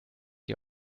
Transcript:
die